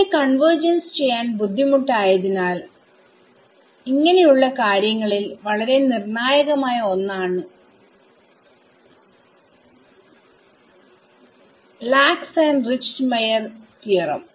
ഇവിടെ കൺവെർജൻസ് ചെയ്യാൻ ബുദ്ധിമുട്ടായതിനാൽ ഇങ്ങനെ ഉള്ള കാര്യങ്ങളിൽ വളരെ നിർണ്ണായകമായ ഒന്നാണ് ലാക്സ് ആൻഡ് റിച്ട്മൈയർ സിദ്ധാന്തം